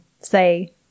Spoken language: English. say